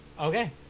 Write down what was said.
Okay